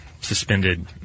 suspended